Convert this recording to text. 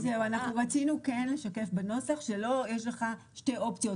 רצינו לשקף בנוסח שיש לך שתי אופציות,